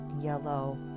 yellow